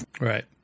Right